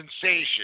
sensation